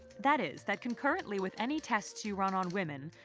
that is that concurrently with any tests you run on women,